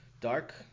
dark